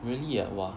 really ah !wah!